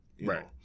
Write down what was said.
Right